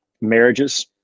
Marriages